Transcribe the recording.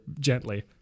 gently